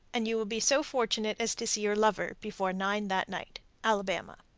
and you will be so fortunate as to see your lover before nine that night. alabama.